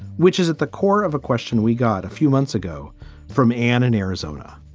which is at the core of a question we got a few months ago from ann in arizona